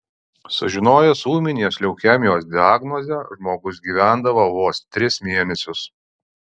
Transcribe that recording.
sužinojęs ūminės leukemijos diagnozę žmogus gyvendavo vos tris mėnesius